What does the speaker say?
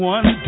One